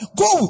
go